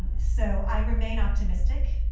so i remain optimistic,